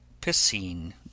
piscine